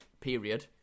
period